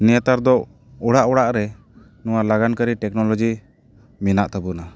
ᱱᱮᱛᱟᱨ ᱫᱚ ᱚᱲᱟᱜ ᱚᱲᱟᱜ ᱨᱮ ᱱᱚᱣᱟ ᱞᱟᱜᱟᱱᱠᱟᱹᱨᱤ ᱴᱮᱠᱱᱳᱞᱳᱡᱤ ᱢᱮᱱᱟᱜ ᱛᱟᱵᱚᱱᱟ